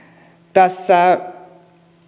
tässä